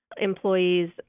employees